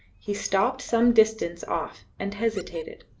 he stopped some distance off and hesitated.